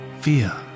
fear